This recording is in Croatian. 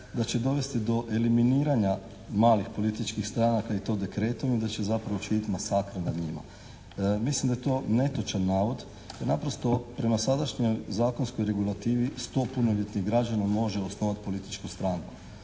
da će dovesti do eliminiranja malih političkih stranaka i to dekretom i da će zapravo učiniti masakr nad njima. Mislim da je to netočan navod jer naprosto prema sadašnjoj zakonskoj regulativi 100 punoljetnih građana može osnovati političku stranku.